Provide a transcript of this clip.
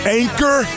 anchor